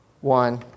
One